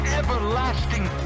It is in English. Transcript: everlasting